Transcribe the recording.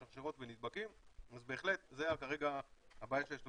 יש ניתוח של שרשראות הדבקה ואנחנו זיהינו כמה וכמה אירועים שהתחילו